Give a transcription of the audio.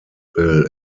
bill